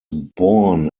born